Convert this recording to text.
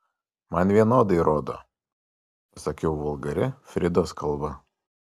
man vienodai rodo pasakiau vulgaria fridos kalba